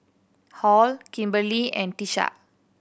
Hall Kimberley and Tisha